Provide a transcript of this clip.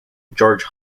george